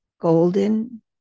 golden